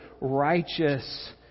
righteous